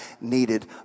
needed